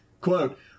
quote